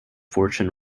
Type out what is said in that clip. fortune